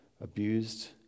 abused